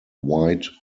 white